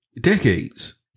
Decades